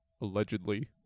allegedly